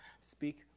Speak